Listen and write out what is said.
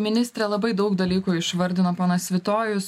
ministre labai daug dalykų išvardino ponas svitojus